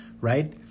right